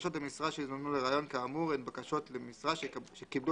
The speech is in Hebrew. הבקשות למשרה שיזומנו לריאיון כאמור הן בקשות למשרה שקיבלו